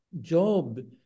job